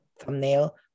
thumbnail